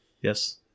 Yes